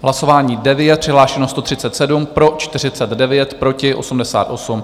Hlasování 9, přihlášeno 137, pro 49, proti 88.